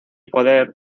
poder